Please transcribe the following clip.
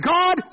God